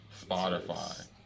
Spotify